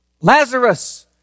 Lazarus